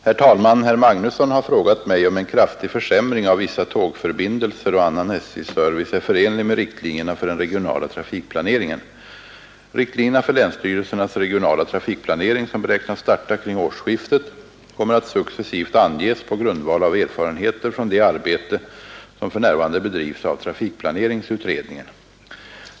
Herr talman! Herr Magnusson i Kristinehamn har frågat mig om en kraftig försämring av vissa tågförbindelser och annan SJ-service är förenlig med riktlinjerna för den regionala trafikplaneringen. Riktlinjerna för länsstyrelsernas regionala trafikplanering, som beräknas starta kring årsskiftet, kommer att successivt anges på grundval av erfarenheter från det arbete som för närvarande bedrivs av trafikplaneringsutredningen.